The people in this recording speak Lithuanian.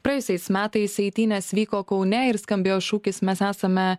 praėjusiais metais eitynės vyko kaune ir skambėjo šūkis mes esame